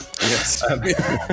Yes